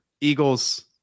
Eagles